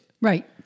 Right